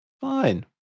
Fine